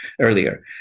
earlier